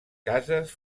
cases